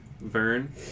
Vern